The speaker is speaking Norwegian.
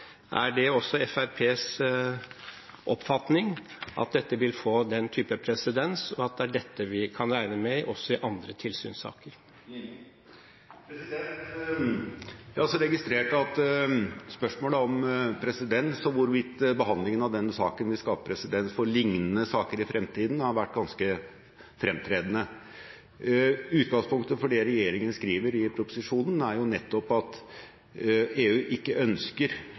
Er det også Fremskrittspartiets oppfatning at dette vil få den type presedens, og at det er dette vi kan regne med også i andre tilsynssaker? Jeg har også registrert at spørsmålet om presedens og hvorvidt behandlingen av denne saken vil skape presedens for lignende saker i fremtiden, har vært ganske fremtredende. Utgangspunktet for det regjeringen skriver i proposisjonen, er nettopp at EU ikke ønsker